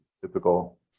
typical